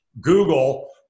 Google